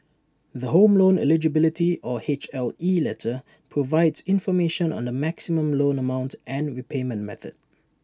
the home loan eligibility or H L E letter provides information on the maximum loan amount and repayment period